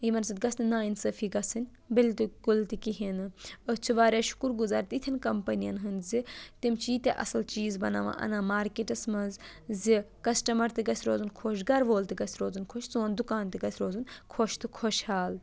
یِمن سۭتۍ گژھِ نہٕ نااِنصٲفی گژھِنۍ بِالکُل تہِ کِہینۍ نہٕ أسۍ چھِ واریاہ شُکُر گُزار تِتھٮ۪ن کَمپنٮ۪ن ہِندۍ زِ تِم چھِ یِتیہ اَصٕل چیٖز بَناوان اَنان مَارکیٹس منٛز زِ کَسٹمر تہِ گژھِ روزُن خۄش تہٕ گرٕ وول تہِ گژھِ روزُن خۄش سون دُکان تہِ گژھِ روزُن خۄش تہٕ خۄش حال